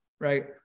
right